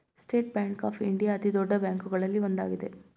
state bank of India ಅತಿದೊಡ್ಡ ಬ್ಯಾಂಕುಗಳಲ್ಲಿ ಒಂದಾಗಿದೆ